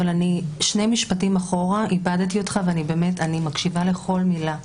שני משפטים אחורה איבדתי אותך ואני באמת מקשיבה לכל מילה.